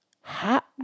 ha